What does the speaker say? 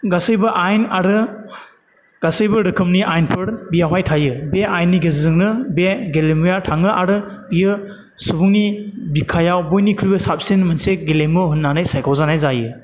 गासैबो आयेन आरो गासैबो रोखोमनि आयेनफोर बेयावहाय थायो बे आयेननि गेजेरजोंनो बे गेलेमुवा थाङो आरो बेयो सुबुंनि बिखायाव बयनिख्रुइबो साबसिन मोनसे गेलेमु होनानै सायख' जानाय जायो